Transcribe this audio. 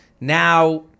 Now